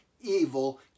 evil